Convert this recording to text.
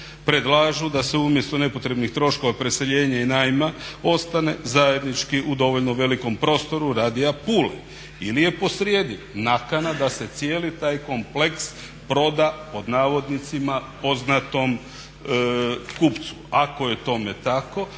Predlažu da se umjesto nepotrebnih troškova preseljenja i najma ostane zajednički u dovoljno velikom prostoru radija Pule. Ili je po srijedi nakana da se cijeli taj kompleks proda pod navodnicima poznatom kupcu. Ako je tome tako